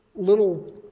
little